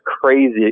crazy